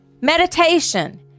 Meditation